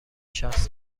شخص